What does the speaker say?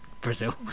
Brazil